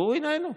והוא איננו.